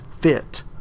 fit